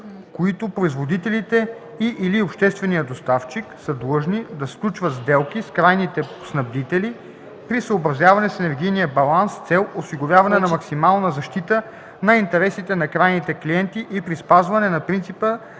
които производителите и/или общественият доставчик са длъжни да сключват сделки с крайните снабдители, при съобразяване с енергийния баланс с цел осигуряване на максимална защита на интересите на крайните клиенти и при спазване на принципа